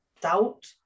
doubt